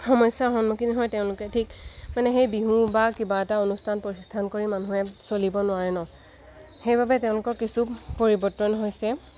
সমস্যাৰ সন্মুখীন হয় তেওঁলোকে ঠিক মানে সেই বিহু বা কিবা এটা অনুষ্ঠান প্ৰতিষ্ঠান কৰি মানুহে চলিব নোৱাৰে ন সেইবাবে তেওঁলোকৰ কিছু পৰিৱৰ্তন হৈছে